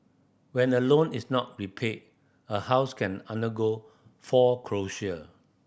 when a loan is not repaid a house can undergo foreclosure